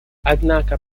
однако